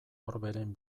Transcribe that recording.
orberen